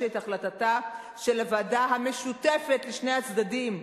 את החלטתה של הוועדה המשותפת לשני הצדדים,